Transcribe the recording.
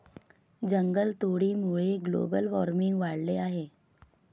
जंगलतोडीमुळे global warming वाढले आहे